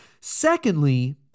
Secondly